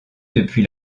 depuis